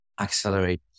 accelerate